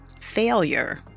failure